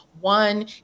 One